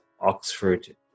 Oxford